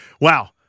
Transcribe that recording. wow